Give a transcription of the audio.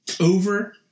over